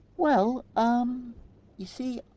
well, um you see,